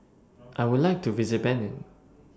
I Would like to visit Benin